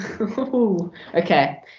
okay